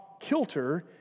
kilter